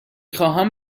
خواهم